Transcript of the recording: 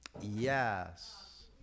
Yes